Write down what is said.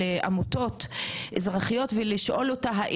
לעמותות אזרחיות ולשאול אותם אם